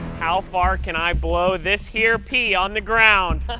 how far can i blow this here pea on the ground?